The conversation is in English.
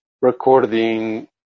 recording